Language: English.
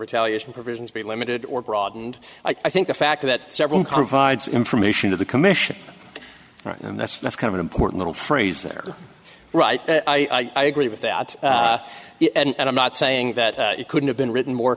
retaliation provisions be limited or broadened i think the fact that several information to the commission and that's that's kind of an important phrase there right i agree with that and i'm not saying that it couldn't have been written more